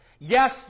Yes